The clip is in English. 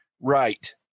right